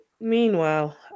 Meanwhile